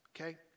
okay